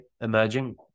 emerging